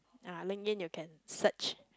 ah LinkedIn you can search